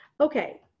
Okay